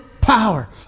power